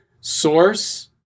Source